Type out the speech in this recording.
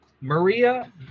Maria